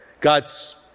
God's